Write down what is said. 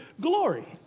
glory